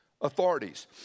authorities